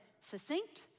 Succinct